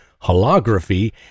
holography